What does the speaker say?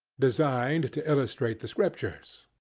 designed to illustrate the scriptures.